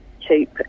cheap